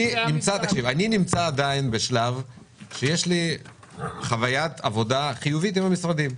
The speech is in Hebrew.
אני נמצא עדיין בשלב שיש לי חוויית עבודה חיובית עם המשרדים.